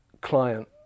client